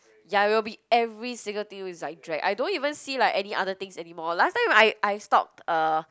ya it will be every single thing with that is like drag I don't even see like any other things anymore last time when I I stalked uh